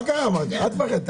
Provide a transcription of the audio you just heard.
תגיד, אל תפחד.